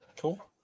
Cool